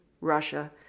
Russia